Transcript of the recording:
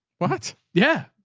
but yeah,